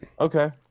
Okay